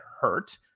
hurt